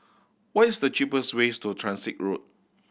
what is the cheapest ways to Transit Road